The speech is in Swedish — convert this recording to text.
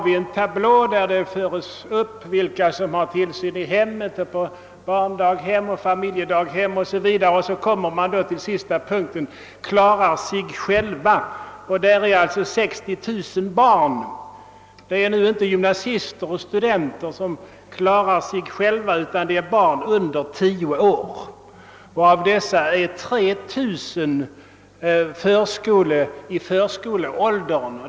I en tablå redovisas vilka som har tillsyn i hemmen, på barnstugor, i familjedaghem o.s.v. Den sista kolumnen ' har rubriken »Klara sig själva». I den kolumninen redovisas 60 000 barn. Det är inte gymnasister och studenter som »klarar sig själva», utan det är barn under tio år. Av dessa är 3 000 i förskoleåldern.